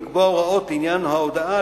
לקבוע הוראות לעניין ההודעה,